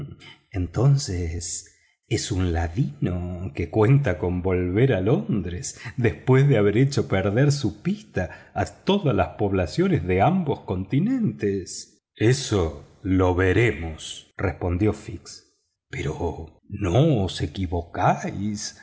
entonces es un ladino que cuenta con volver a londres después de haber hecho perder su pista a todas las poblaciones de ambos continentes eso lo veremos respondió fix pero no os equivocáis